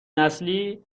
نسلی